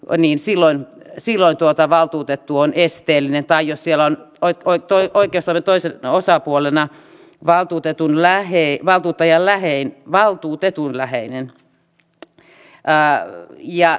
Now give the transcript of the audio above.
ai niin silloin silloin tuota valtuutettu on oikeustoimia tai jos siellä on oikeustoimen toisena osapuolena valtuutetun läheinen niin silloin valtuutettu on esteellinen